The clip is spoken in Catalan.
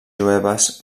jueves